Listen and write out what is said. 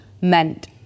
meant